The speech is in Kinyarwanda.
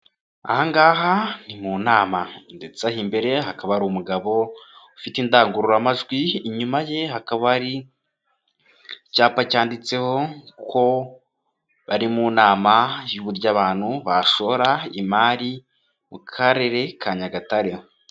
Ahangaha ni mu nama ndetse aha imbere hakaba hari umugabo ufite indangururamajwi, inyuma ye hakaba hari icyapa cyanditseho ko bari mu nama y'uburyo abantu bashora imari mu karere ka Nyagatare.